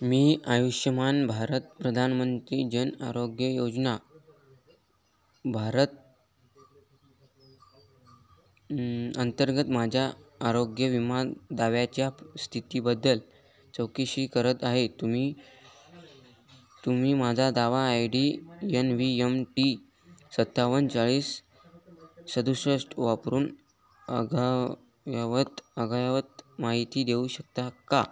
मी आयुष्यमान भारत प्रधानमंत्री जन आरोग्य योजना भारत अंतर्गत माझ्या आरोग्य विमा दाव्याच्या स्थितीबद्दल चौकशी करत आहे तुम्ही तुम्ही माझा दावा I D N V M T सत्तावन चाळीस सदुसष्ट वापरून अद्ययावत अद्ययावत माहिती देऊ शकता का